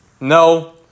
no